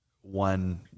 one